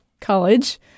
college